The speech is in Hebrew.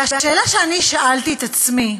והשאלה שאני שאלתי את עצמי,